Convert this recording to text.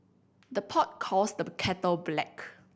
the pot calls the kettle black